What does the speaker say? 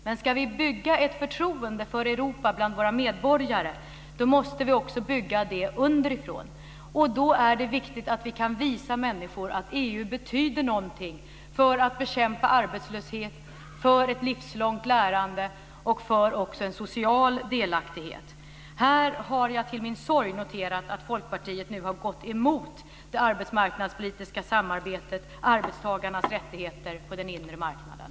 Men ska vi bygga ett förtroende för Europa bland våra medborgare måste vi också bygga det underifrån. Då är det viktigt att vi kan visa människor att EU betyder någonting för att bekämpa arbetslöshet, för ett livslångt lärande och för en social delaktighet. Här har jag till min sorg noterat att Folkpartiet nu har gått emot det arbetsmarknadspolitiska samarbetet, arbetstagarnas rättigheter på den inre marknaden.